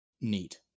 neat